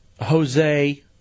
Jose